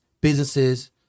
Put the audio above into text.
businesses